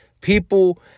People